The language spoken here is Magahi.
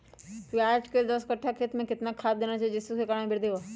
प्याज के दस कठ्ठा खेत में कितना खाद देना चाहिए जिससे उसके आंकड़ा में वृद्धि हो?